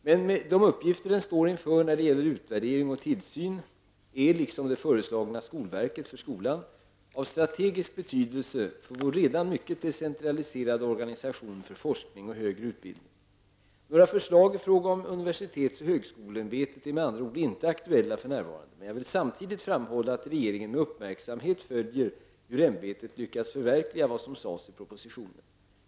Men de uppgifter den står inför när det gäller utvärdering och tillsyn är -- liksom det föreslagna skolverket för skolan -- av strategisk betydelse för vår redan mycket decentraliserade organisation för forskning och högre utbildning. Några förslag i fråga om UHÄ är med andra ord inte aktuella för närvarande, men jag vill samtidigt framhålla att regeringen med uppmärksamhet följer hur UHÄ lyckas förverkliga vad som sades i propositionen.